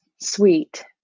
sweet